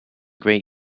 great